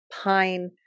pine